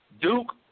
Duke